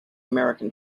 american